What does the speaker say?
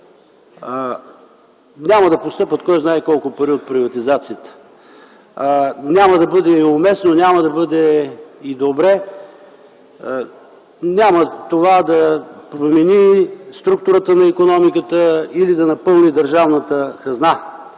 няма да отстъпят кой знае, колко пари от приватизацията, няма да бъде уместно, няма да бъде добре, няма това да промени структурата на икономиката или да напълни държавната хазна.